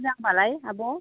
मोजांबालाय आब'